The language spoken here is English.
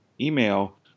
email